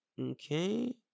Okay